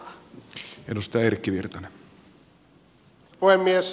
arvoisa puhemies